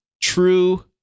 true